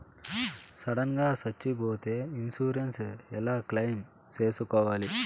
Sudden గా సచ్చిపోతే insurance ఎలా క్లెయిమ్ సేసుకోవాలి?